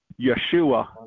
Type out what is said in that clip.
Yeshua